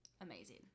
Amazing